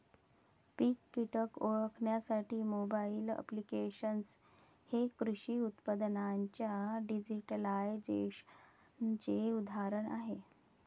पीक कीटक ओळखण्यासाठी mobile applications हे कृषी उत्पादनांच्या डिजिटलायझेशनचे उदाहरण आहे